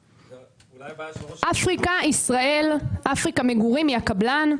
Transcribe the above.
אולי זו הבעיה של --- "אפריקה-ישראל" "אפריקה מגורים" היא הקבלן.